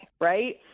Right